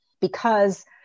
because-